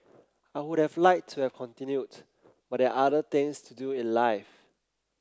I would have liked to have continued but there are other things to do in life